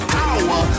power